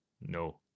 no